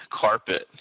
carpet